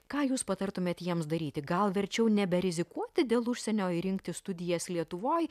ką jūs patartumėt jiems daryti gal verčiau neberizikuoti dėl užsienio ir rinktis studijas lietuvoj